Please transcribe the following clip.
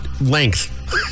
length